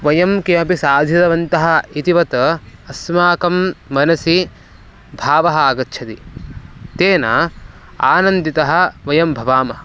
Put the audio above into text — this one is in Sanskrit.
वयं किमपि साधितवन्तः इतिवत् अस्माकं मनसि भावः आगच्छति तेन आनन्दितः वयं भवामः